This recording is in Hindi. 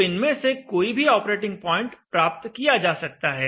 तो इनमें से कोई भी ऑपरेटिंग प्वाइंट प्राप्त किया जा सकता है